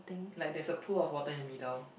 like there's a pool of water in the middle